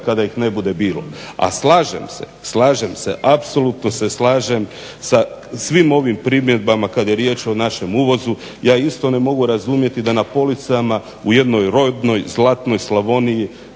kada ih ne bude bilo. A slažem se, slažem se apsolutno se slažem sa svim ovim primjedbama kada je riječ o našem uvozu. Ja isto ne mogu razumjeti da na policama u jednoj rodnoj, zlatnoj Slavoniji